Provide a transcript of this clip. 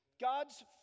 God's